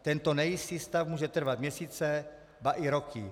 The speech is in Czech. Tento nejistý stav může trvat měsíce, ba i roky.